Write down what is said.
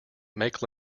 make